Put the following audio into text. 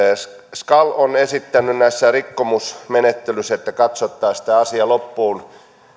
skal on esittänyt tästä rikkomusmenettelystä että katsottaisiin tämä asia loppuun